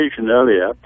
earlier